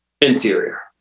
Interior